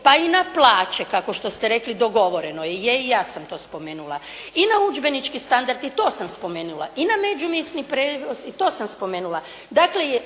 pa i na plaće, kako što ste rekli dogovoreno je i ja sam to spomenula i na udžbenički standard i to sam spomenula i na … /Govornik se ne razumije./ … i to sam spomenula,